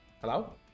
Hello